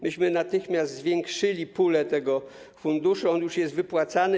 Myśmy natychmiast zwiększyli pulę tego funduszu, on już jest wypłacany.